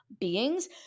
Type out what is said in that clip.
beings